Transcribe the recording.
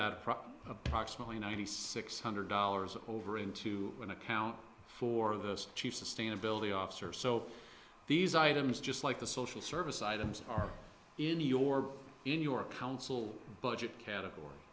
that approximately ninety six hundred dollars over into an account for the chief sustainability officer so these items just like the social service items are in your in your council budget category